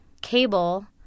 cable